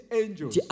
angels